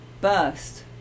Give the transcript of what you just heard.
burst